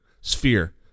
sphere